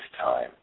time